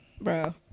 bro